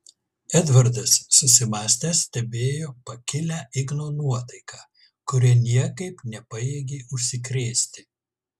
edvardas susimąstęs stebėjo pakilią igno nuotaiką kuria niekaip nepajėgė užsikrėsti